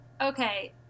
Okay